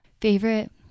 Favorite